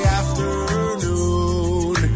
afternoon